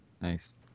Nice